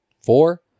Four